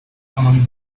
among